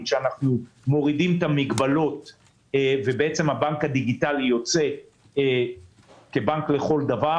שאנחנו מורידים את המגבלות והבנק הדיגיטלי יוצא כבנק לכל דבר.